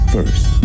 First